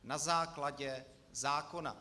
Na základě zákona.